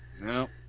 No